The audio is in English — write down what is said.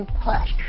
push